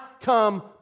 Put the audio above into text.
come